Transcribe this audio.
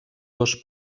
dos